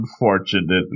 Unfortunately